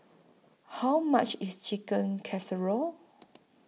How much IS Chicken Casserole